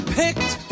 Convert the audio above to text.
picked